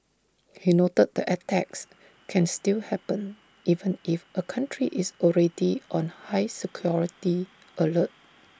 he noted that attacks can still happen even if A country is already on high security alert